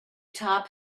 top